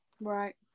Right